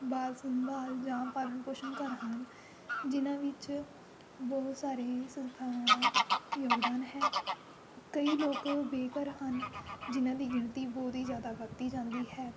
ਬਾਲ ਸੰਭਾਲ ਜਾਂ ਪਾਲਣ ਪੋਸ਼ਣ ਘਰ ਹਨ ਜਿਨ੍ਹਾਂ ਵਿੱਚ ਬਹੁਤ ਸਾਰੀ ਸੰਸਥਾਵਾਂ ਦਾ ਯੋਗਦਾਨ ਹੈ ਕਈ ਲੋਕ ਬੇਘਰ ਹਨ ਜਿਨ੍ਹਾਂ ਦੀ ਗਿਣਤੀ ਬਹੁਤ ਹੀ ਜ਼ਿਆਦਾ ਵੱਧਦੀ ਜਾਂਦੀ ਹੈ